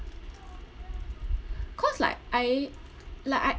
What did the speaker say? cause like I like I